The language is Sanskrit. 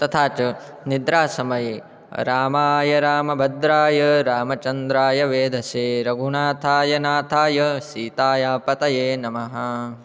तथा च निद्रासमये रामायरामभद्राय रामचन्द्राय वेधसे रघुनाथायनाथाय सीतायाः पतये नमः